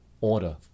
order